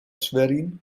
schwerin